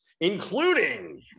including